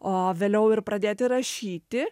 o vėliau ir pradėti rašyti